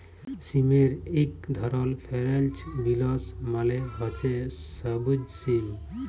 সিমের ইক ধরল ফেরেল্চ বিলস মালে হছে সব্যুজ সিম